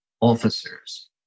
officers